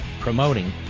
promoting